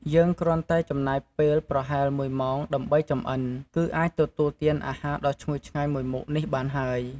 យើងគ្រាន់តែចំណាយពេលប្រហែលមួយម៉ោងដើម្បីចម្អិន គឺអាចទទួលទានអាហារដ៏ឈ្ងុយឆ្ងាញ់មួយមុខនេះបានហើយ។